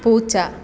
പൂച്ച